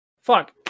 fuck